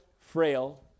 frail